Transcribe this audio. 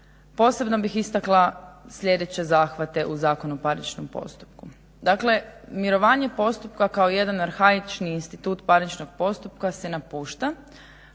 Posebno bih istakla sljedeće zahvate u Zakonu o parničnom postupku. Dakle, mirovanje postupka kao jedan arhaični institut parničnog postupka se napušta